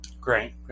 Great